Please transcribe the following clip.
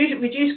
reduce